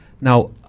Now